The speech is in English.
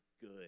good